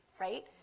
right